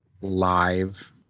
live